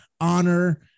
honor